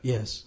Yes